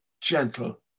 gentle